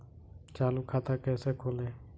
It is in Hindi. चालू खाता कैसे खोलें?